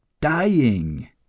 dying